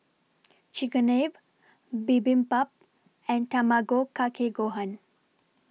Chigenabe Bibimbap and Tamago Kake Gohan